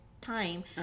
time